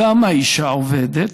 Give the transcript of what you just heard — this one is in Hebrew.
גם האישה עובדת.